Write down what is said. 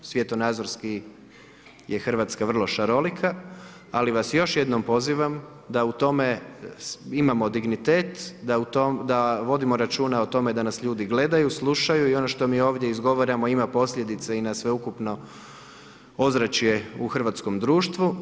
Svjetonazorski je Hrvatska vrlo šarolika, ali vas još jednom pozivam, da u tome imamo dignitet, da vodimo računa o tome da nas ljudi gledaju, slušaju i ono što mi ovdje izgovaramo, ima posljedice i na sveukupno ozračje u hrvatskom društvu.